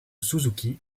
suzuki